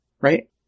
Right